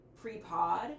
Pre-pod